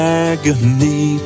agony